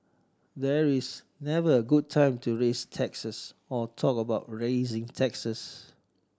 there is never a good time to raise taxes or talk about raising taxes